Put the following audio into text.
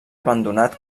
abandonat